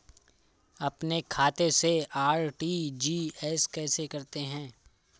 अपने खाते से आर.टी.जी.एस कैसे करते हैं?